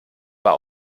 war